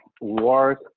work